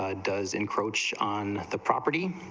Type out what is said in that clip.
ah does encroach on the property